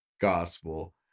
gospel